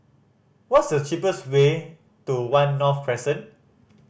what's the cheapest way to One North Crescent